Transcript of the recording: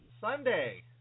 Sunday